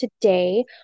today